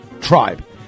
tribe